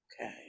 Okay